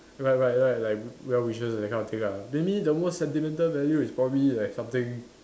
like like like like well wishes that kind of thing ah maybe the most sentimental value is probably like something